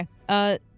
Okay